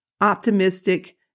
optimistic